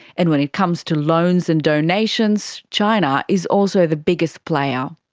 and when it comes to loans and donations, china is also the biggest player.